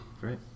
Great